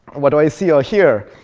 what do i see or hear?